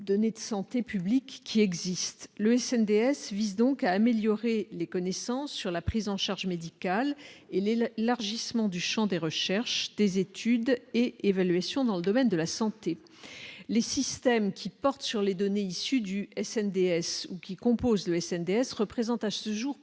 de santé publique qui existe, le SNE DS vise donc à améliorer les connaissances sur la prise en charge médicale il leur gisement du Champ des recherches, des études et évaluations dans le domaine de la santé, les systèmes qui porte sur les données issues du SNE DS ou qui composent le SNS représente à ce jour